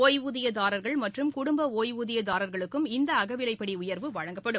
ஓய்வூதியதாரர்கள் மற்றும் குடும்ப ஓய்வூதியதாரர்களுக்கும் இந்த அகவிலைப்படி உயர்வு வழங்கப்படும்